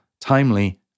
timely